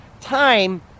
time